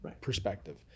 perspective